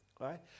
right